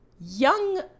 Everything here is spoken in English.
Young